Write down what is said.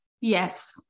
Yes